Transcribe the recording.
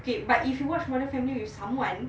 okay but if you watch modern family with someone